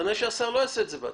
כנראה שהשר לא יעשה את זה בעצמו.